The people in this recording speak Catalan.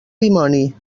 dimoni